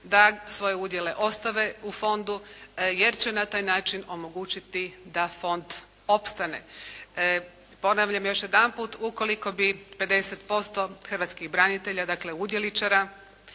da svoje udjele ostave u fondu jer će na taj način omogućiti da fond opstane. Ponavljam još jedanput ukoliko bi 50% hrvatskih branitelja, dakle udjeličara